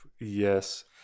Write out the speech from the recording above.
yes